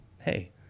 hey